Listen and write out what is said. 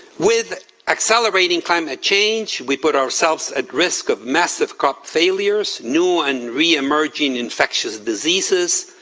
with accelerating climate change, we put ourselves at risk of massive crop failures, new and reemerging infectious diseases,